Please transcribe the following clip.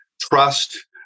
trust